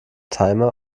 timer